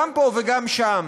גם פה וגם שם,